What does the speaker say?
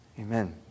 Amen